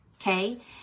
okay